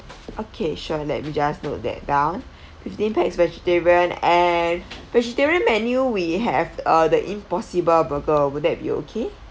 okay sure let me just note that down fifteen pax vegetarian and vegetarian menu we have uh the impossible burger would that be okay